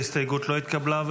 ההסתייגות לא התקבלה.